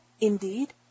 indeed